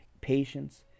patience